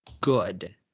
good